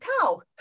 cow